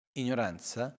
ignoranza